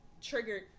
triggered